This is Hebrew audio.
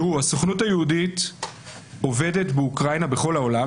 הסוכנות היהודית עובדת בכל העולם,